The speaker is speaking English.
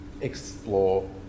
explore